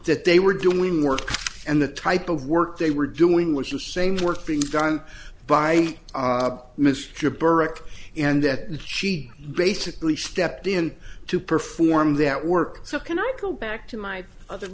that they were doing when work and the type of work they were doing was the same work being done by mr burke and that she basically stepped in to perform that work so can i go back to my other